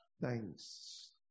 Thanks